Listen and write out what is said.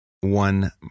one